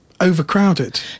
overcrowded